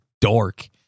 dork